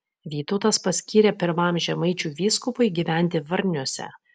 vytautas paskyrė pirmam žemaičių vyskupui gyventi varniuose